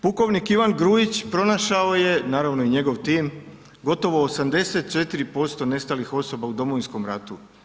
Pukovnik Ivan Grujić, pronašao je, naravno i njegov tim, gotovo 84% nestalih osoba u Domovinskom ratu.